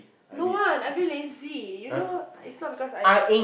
don't want I've been lazy you know it's not because I